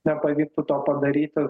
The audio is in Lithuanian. nepavyktų to padaryti